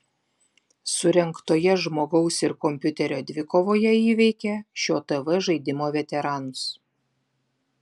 surengtoje žmogaus ir kompiuterio dvikovoje įveikė šio tv žaidimo veteranus